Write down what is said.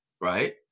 right